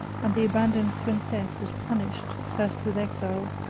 and the abandoned princess was punished, first with exile,